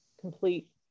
complete